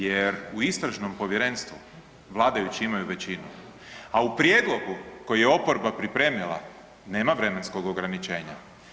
Jer u istražnom povjerenstvu vladajući imaju većinu, a u prijedlogu koji je oporba pripremila nema vremenskog ograničenja.